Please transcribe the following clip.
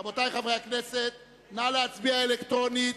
רבותי, חברי הכנסת, נא להצביע אלקטרונית.